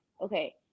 okay